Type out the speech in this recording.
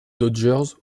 dodgers